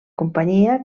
companyia